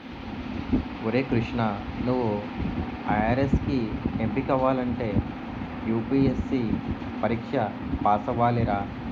ఒరే కృష్ణా నువ్వు ఐ.ఆర్.ఎస్ కి ఎంపికవ్వాలంటే యూ.పి.ఎస్.సి పరీక్ష పేసవ్వాలిరా